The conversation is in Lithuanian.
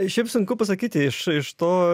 šiaip sunku pasakyti iš iš to